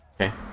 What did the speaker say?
Okay